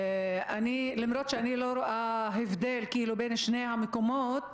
למרות שאני לא רואה הבדל בין שני המקומות,